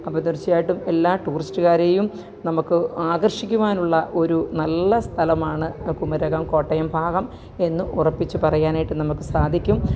അപ്പോൾ തീര്ച്ചയായിട്ടും എല്ലാ ടൂറിസ്റ്റുകാരെയും നമുക്ക് ആകര്ഷിക്കുവാനുള്ള ഒരു നല്ല സ്ഥലമാണ് കുമരകം കോട്ടയം ഭാഗം എന്നു ഉറപ്പിച്ചു പറയാനായിട്ട് നമുക്ക് സാധിക്കും